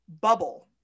bubble